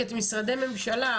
כי אתם משרדי ממשלה,